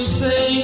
say